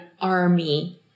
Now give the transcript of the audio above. army